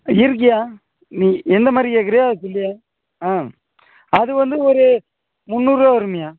இருக்குயா நீ எந்த மாதிரி கேட்குறயோ அதை சொல்லுய்யா அது வந்து ஒரு முந்நூறு ரூபாய் வரும்யா